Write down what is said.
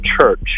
church